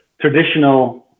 traditional